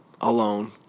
alone